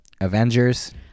Avengers